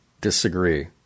disagree